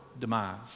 demise